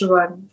one